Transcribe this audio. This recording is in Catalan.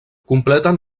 completen